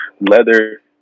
leather